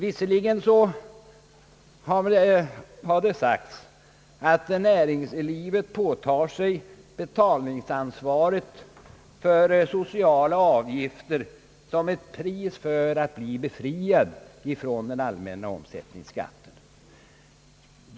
Visserligen har det sagts att näringslivet påtar sig betalningsansvaret för sociala utgifter såsom ett pris för att bli befriat från den allmänna omsättningsskatten.